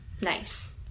Nice